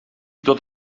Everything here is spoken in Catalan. tot